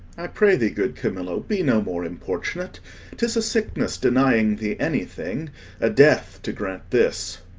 i pray thee, good camillo, be no more importunate tis a sickness denying thee anything a death to grant this.